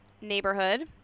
neighborhood